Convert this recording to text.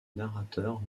narrateur